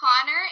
Connor